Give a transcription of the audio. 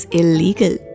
illegal